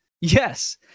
Yes